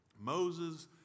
Moses